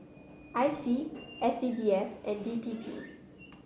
I C S C D F and D P P